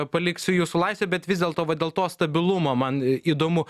paliksiu jūsų laisvei bet vis dėlto vat dėl to stabilumo man įdomu